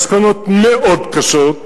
מסקנות מאוד קשות,